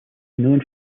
known